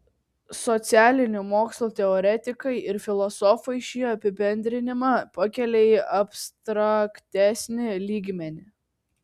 socialinių mokslų teoretikai ir filosofai šį apibendrinimą pakelia į abstraktesnį lygmenį